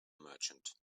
merchant